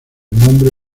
nombre